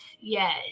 yes